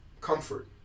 comfort